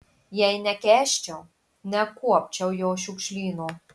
jei nekęsčiau nekuopčiau jo šiukšlyno